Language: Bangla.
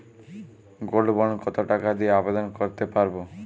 গোল্ড বন্ড কত টাকা দিয়ে আবেদন করতে পারবো?